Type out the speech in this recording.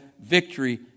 victory